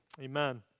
amen